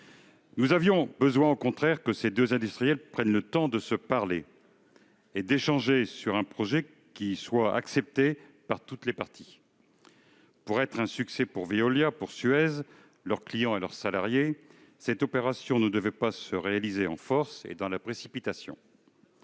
Nous avions besoin, au contraire, que ces deux industriels prennent le temps de se parler et d'échanger sur un projet qui soit accepté par toutes les parties. Pour être un succès pour Veolia et pour Suez comme pour leurs clients et leurs salariés, cette opération ne devait pas être réalisée en force et dans la précipitation.